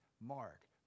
mark